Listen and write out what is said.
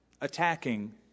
attacking